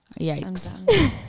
yikes